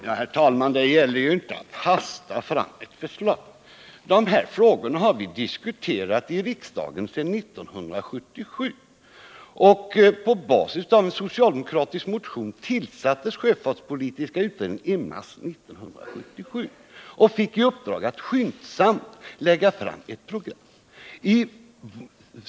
Herr talman! Det gäller ju inte att hasta fram ett förslag. Dessa frågor har vi diskuterat i riksdagen sedan 1977. På basis av en socialdemokratisk motion tillsattes sjöfartspolitiska utredningen i mars 1977 och fick i uppdrag att skyndsamt lägga fram ett program.